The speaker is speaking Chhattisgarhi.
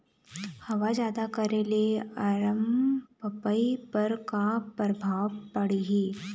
हवा जादा करे ले अरमपपई पर का परभाव पड़िही?